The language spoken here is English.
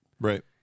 Right